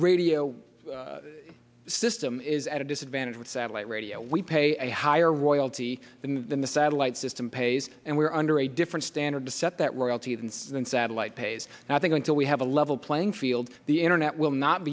radio system is at a disadvantage with satellite radio we pay a higher royalty than the satellite system pays and we are under a different standard to set that royalty than satellite pays nothing until we have a level playing field the internet will not